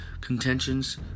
contentions